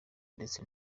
ndetse